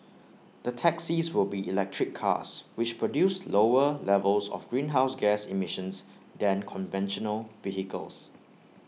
the taxis will be electric cars which produce lower levels of greenhouse gas emissions than conventional vehicles